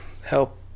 help